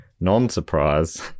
non-surprise